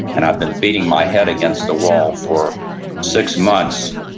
and i had been beating my head against the wall for six months,